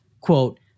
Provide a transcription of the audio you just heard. quote